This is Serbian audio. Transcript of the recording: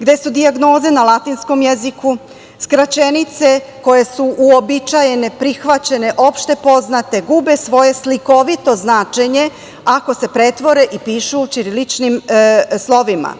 gde su dijagnoze na latinskom jeziku, skraćenice koje su uobičajene, prihvaćene opšte poznate, gube svoje slikovito značenje ako se pretvore i pišu ćiriličnim slovima